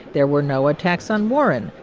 there were no attacks on warren.